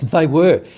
they were.